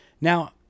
Now